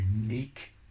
unique